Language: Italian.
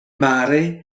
mare